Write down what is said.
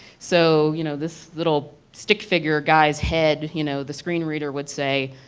so you know this little stick figure guy's head, you know the screen reader would say,